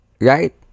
right